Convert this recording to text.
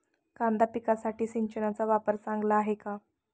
कांदा पिकासाठी सिंचनाचा वापर चांगला आहे का?